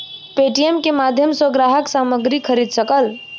Paytm के माध्यम सॅ ग्राहक सामग्री खरीद सकल